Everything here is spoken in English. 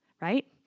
right